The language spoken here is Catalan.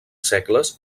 segles